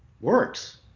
works